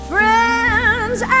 Friends